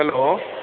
hello